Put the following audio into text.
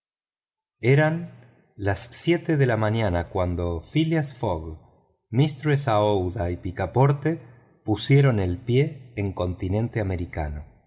eran las siete de la mañana cuando phileas fogg mistress aouida y picaporte pusieron el pie en continente americano